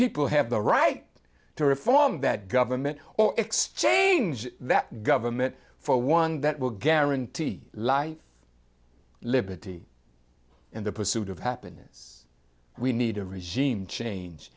people have the right to reform that government or exchange that government for one that will guarantee life liberty and the pursuit of happiness we need a regime change